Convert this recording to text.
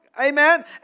Amen